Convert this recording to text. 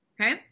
okay